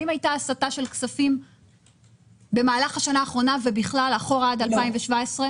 האם הייתה הסטה של כסף במהלך השנה האחרונה ובכלל אחורה עד 2017?